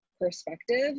perspective